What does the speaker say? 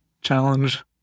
challenge